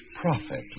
profit